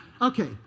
Okay